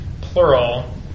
plural